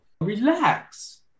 relax